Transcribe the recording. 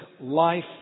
life